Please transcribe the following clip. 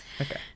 okay